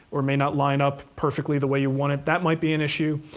or may not line up perfectly the way you want it, that might be an issue.